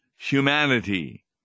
humanity